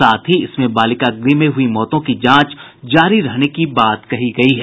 साथ ही इसमें बालिका गृह में हुई मौतों की जांच जारी रहने की बात कही गयी है